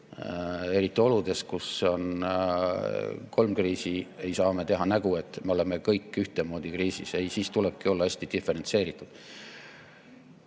Eriti oludes, kus on kolm kriisi, ei saa me teha nägu, et me oleme kõik ühtemoodi kriisis. Ei ole ja siis tulebki olla hästi diferentseeritud. Ma